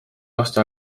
laste